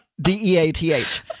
D-E-A-T-H